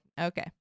okay